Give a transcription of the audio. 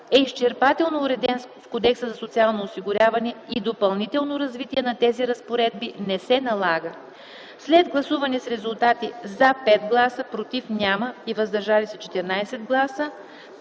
е изчерпателно уреден в Кодекса за социално осигуряване и допълнително развитие на тези разпоредби не се налага. След гласуване с резултати: „за” – 5 гласа, „против” – няма и „въздържали се” – 14 гласа,